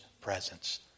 presence